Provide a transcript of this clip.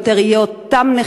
יהיו אותם נכים,